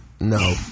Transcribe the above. No